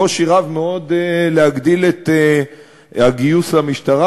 קושי רב מאוד להגדיל את הגיוס למשטרה,